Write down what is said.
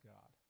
God